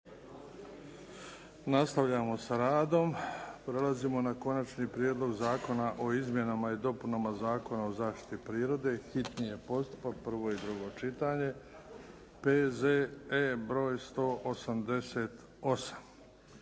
Luka (HDZ)** Četrnaesto, Konačni prijedlog Zakona o izmjenama i dopunama Zakona o zaštiti prirode, hitni postupak, prvo i drugo čitanje, P.Z.E. br. 188.